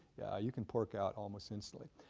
yeah you can pork out almost instantly.